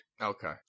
Okay